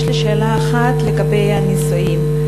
יש לי שאלה אחת לגבי הנישואים.